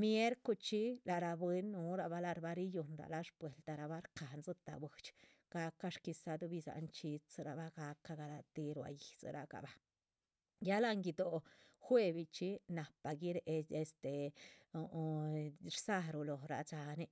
miercuchxí lac ra bwín núhura lar bah riyuhn la shbweeldarabah, shca´han dzitah buidxi, gahca shguizaduh bidzah nchxidzirabah gahca garatih. ruá yídzirah gabah, ya láhan guido´, juevi chxí nahpa guiréhe este, huuh rdzáruh lóhora dhxáanin.